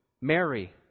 Mary